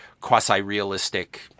quasi-realistic